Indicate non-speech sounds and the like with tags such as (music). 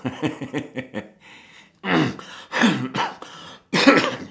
(coughs)